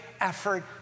effort